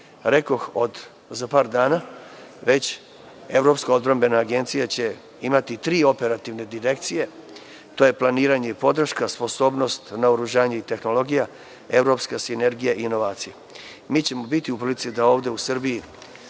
par dana Evropska odbrambena agencija će imati tri operativne direkcije. To je planiranje i podrška, sposobnost naoružanja i tehnologija, evropska sinergija i inovacije. Mi ćemo biti u prilici da ovde u Srbiji